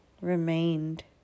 remained